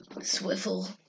Swivel